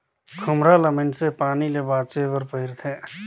खोम्हरा ल मइनसे पानी ले बाचे बर पहिरथे